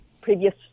previous